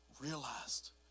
realized